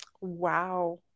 Wow